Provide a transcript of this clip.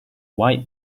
white